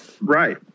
Right